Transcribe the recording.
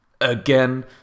again